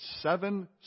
seven